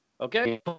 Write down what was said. Okay